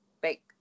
big